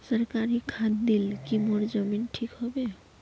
सरकारी खाद दिल की मोर जमीन ठीक होबे?